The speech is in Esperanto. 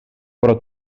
pro